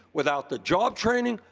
without the job training,